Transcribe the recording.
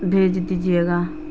بھیج دیجیے گا